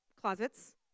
closets